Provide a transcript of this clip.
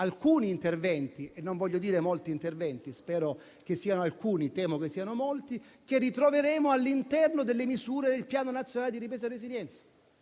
alcuni interventi - non voglio dire molti: spero che siano alcuni, ma temo che siano molti - che ritroveremo all'interno delle misure del Piano nazionale di ripresa e resilienza.